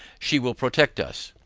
she will protect us.